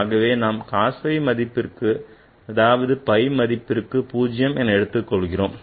ஆகவே நாம் cos phi மதிப்பிற்கு அதாவது phi மதிப்பிற்கு 0 என எடுத்துக் கொள்கிறோம்